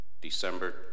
December